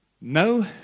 no